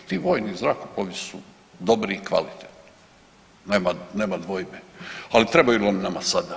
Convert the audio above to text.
Ti vojni zrakoplovi su dobri i kvalitetni, nema dvojbe, ali trebaju li oni nama sada.